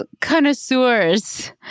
connoisseurs